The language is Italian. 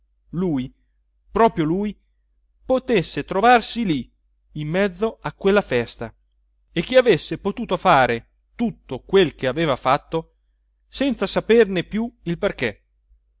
lui proprio lui potesse trovarsi lì in mezzo a quella festa e che avesse potuto fare tutto quel che aveva fatto senza saperne più il perché